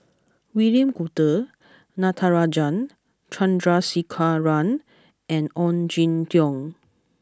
William Goode Natarajan Chandrasekaran and Ong Jin Teong